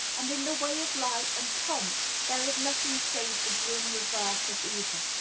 and in the way of light and pomp there is nothing save the grim reverse of either.